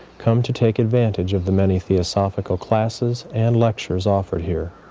come to take advantage of the many theosophical classes and lectures offered here.